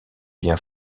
bien